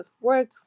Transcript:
work